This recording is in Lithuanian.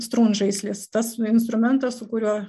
strunžaislis tas instrumentas su kuriuo